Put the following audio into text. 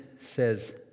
says